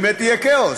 באמת יהיה כאוס,